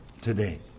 today